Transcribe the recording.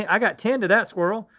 i got ten to that swirl.